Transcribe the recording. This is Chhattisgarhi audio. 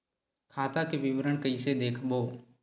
खाता के विवरण कइसे देखबो?